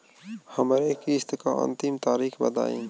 हमरे किस्त क अंतिम तारीख बताईं?